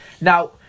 Now